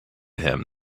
him